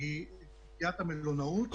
היא תעשיית המלונאות,